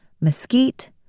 mesquite